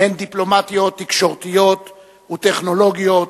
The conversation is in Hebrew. דיפלומטיות, תקשורתיות וטכנולוגיות,